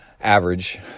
average